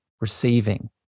receiving